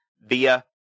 via